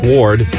Ward